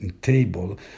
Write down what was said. table